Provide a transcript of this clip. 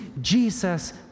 Jesus